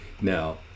now